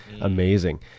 amazing